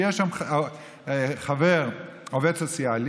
יהיה שם חבר עובד סוציאלי,